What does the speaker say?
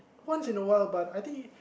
once in a while but I think